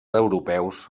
europeus